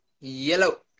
Yellow